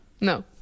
no